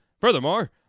Furthermore